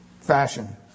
Fashion